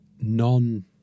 non